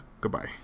Goodbye